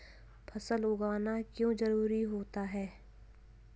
फसल उगाना क्यों जरूरी होता है?